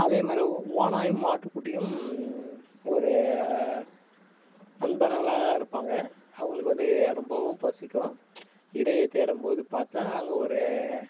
அதே மாதிரி ஓணாயும் ஆட்டுக்குட்டியும் ஒரு நண்பர்களாக தான் இருப்பாங்க அவங்களுக்கு வந்து ரொம்பவும் பசிக்கும் இரையை தேடும் போது பார்த்தா அங்கே ஒரு